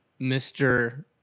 Mr